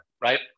right